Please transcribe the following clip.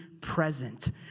present